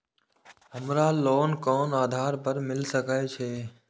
हमरा लोन कोन आधार पर मिल सके छे?